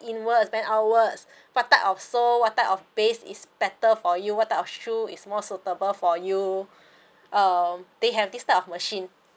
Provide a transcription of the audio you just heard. inward bend outward what type of sole what type of base is better for you what type of shoe is more suitable for you um they have this type of machine